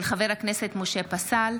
של חבר הכנסת משה פסל,